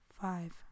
five